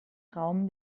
raum